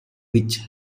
which